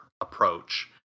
approach